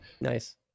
Nice